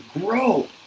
grow